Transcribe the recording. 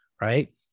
right